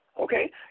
Okay